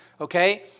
Okay